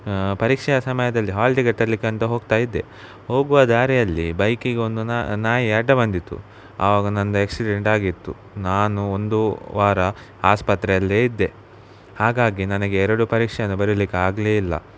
ಪರೀಕ್ಷಾ ಸಮಯದಲ್ಲಿ hall ticket ತರಲಿಕ್ಕಂತ ಹೋಗ್ತಾ ಇದ್ದೆ ಹೋಗುವ ದಾರಿಯಲ್ಲಿ ಬೈಕಿಗೊಂದು ನಾ ನಾಯಿ ಅಡ್ಡ ಬಂದಿತ್ತು ಆವಾಗ ನನ್ನದು ಆ್ಯಕ್ಸಿಡೆಂಟ್ ಆಗಿತ್ತು ನಾನು ಒಂದು ವಾರ ಆಸ್ಪತ್ರೆಯಲ್ಲೇ ಇದ್ದೆ ಹಾಗಾಗಿ ನನಗೆ ಎರಡು ಪರೀಕ್ಷೆಯನ್ನು ಬರಿಲಿಕ್ಕೆ ಆಗಲೇ ಇಲ್ಲ